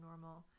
normal